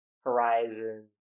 Horizon